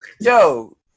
Yo